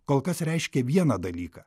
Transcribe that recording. kol kas reiškė vieną dalyką